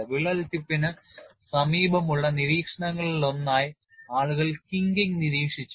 വിള്ളൽ ടിപ്പിന് സമീപമുള്ള നിരീക്ഷണങ്ങളിലൊന്നായി ആളുകൾ കിങ്കിംഗ് നിരീക്ഷിച്ചു